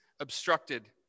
obstructed